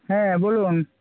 হ্যাঁ বলুন